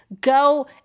go